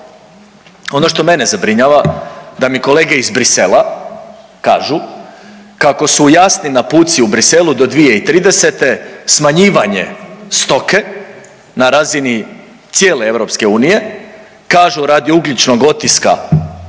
Ono što mene zabrinjava da mi kolege iz Bruxellesa kažu kako su jasni naputci u Bruxellesu do 2030. smanjivanje stoke na razini cijel EU kažu radi ugljičnog otiska na